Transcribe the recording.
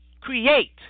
create